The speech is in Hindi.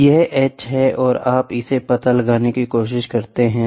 यह h है और आप इसे पता लगाने की कोशिश करते हैं